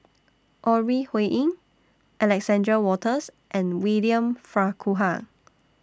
Ore Huiying Alexander Wolters and William Farquhar